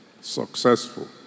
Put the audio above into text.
successful